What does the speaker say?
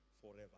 forever